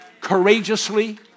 courageously